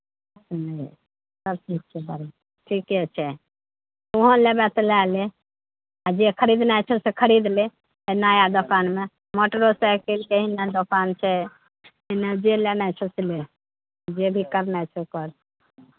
ह्म्म सभचीजके छै बढ़ ठीके छै तुहो लेबह तऽ लऽ ले जे खरीदनाइ छौ से खरीद ले नया दोकानमे हे मोटरोसाइकिलके हियाँ दोकान छै एहिमे जे लेनाइ छौ से ले जे भी करनाइ छौ कर